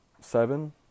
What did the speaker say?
Seven